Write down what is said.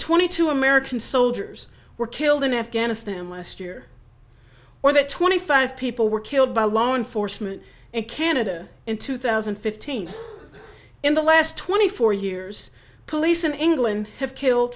twenty two american soldiers were killed in afghanistan last year or that twenty five people were killed by law enforcement and canada in two thousand and fifteen in the last twenty four years police in england have killed